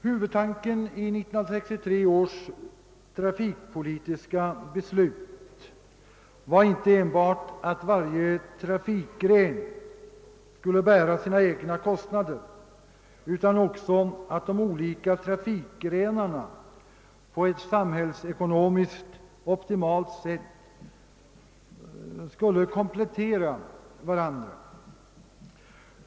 Huvudtanken i 1963 års trafikpolitiska beslut var inte enbart att varje trafikgren skulle bära sina egna kostnader, utan också att de olika trafikgrenarna på ett samhällsekonomiskt optimalt sätt skulle komplettera varandra.